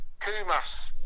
Kumas